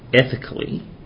Ethically